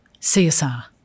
CSR